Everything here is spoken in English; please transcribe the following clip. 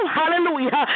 hallelujah